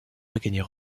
regagner